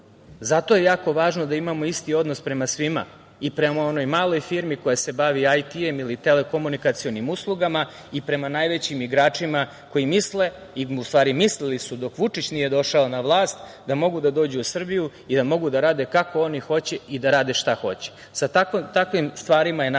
je jako važno da imamo isti odnos prema svima, i prema onoj maloj firmi koja se bavi IT ili telekomunikacionim uslugama i prema najvećim igračima koji misle, u stvari mislili su dok Vučić nije došao na vlast da mogu da dođu u Srbiju i da mogu da rade kako oni hoće i da rade šta hoće. Sa takvim stvarima je naravno